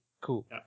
Cool